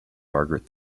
margaret